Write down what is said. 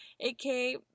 aka